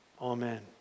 Amen